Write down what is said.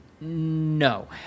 No